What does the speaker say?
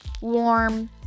warm